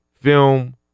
Film